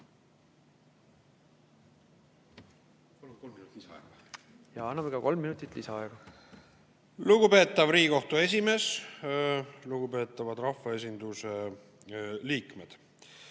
Annan ka kolm minutit lisaaega. Lugupeetav Riigikohtu esimees! Lugupeetavad rahvaesinduse liikmed!